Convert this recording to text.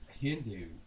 Hindu